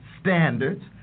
standards